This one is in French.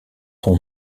son